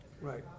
Right